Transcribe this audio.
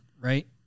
right